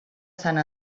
sant